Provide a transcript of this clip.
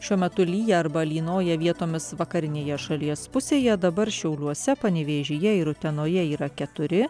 šiuo metu lyja arba lynoja vietomis vakarinėje šalies pusėje dabar šiauliuose panevėžyje ir utenoje yra keturi